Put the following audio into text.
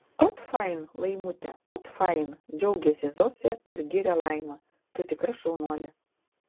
ot fain laimute ot fain džiaugiasi zosė ir giria laimą tu tikra šaunuolė